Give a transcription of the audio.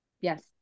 Yes